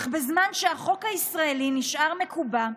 אך בזמן שהחוק הישראלי נשאר מקובע,